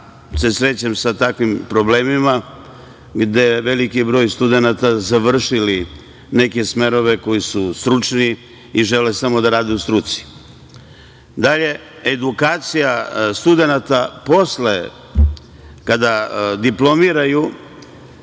se srećem sa takvim problemima gde veliki broj studenata završili neke smerove koji su stručni i žele samo da rade u struci. Dalje, edukacija studenata kada diplomiraju,